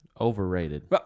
overrated